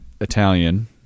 italian